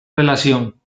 relación